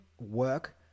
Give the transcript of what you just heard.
work